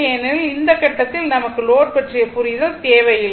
ஏனெனில் இந்த கட்டத்தில் நமக்கு லோட் பற்றிய புரிதல் தேவையில்லை